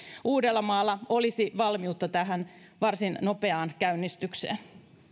uudellamaalla olisi valmiutta varsin nopeaan käynnistykseen